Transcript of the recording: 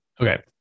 Okay